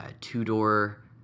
two-door